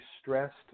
stressed